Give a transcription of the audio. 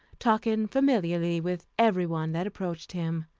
talking familiarly with every one that approached him.